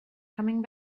coming